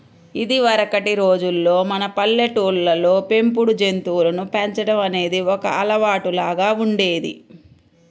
ఇదివరకటి రోజుల్లో మన పల్లెటూళ్ళల్లో పెంపుడు జంతువులను పెంచడం అనేది ఒక అలవాటులాగా ఉండేది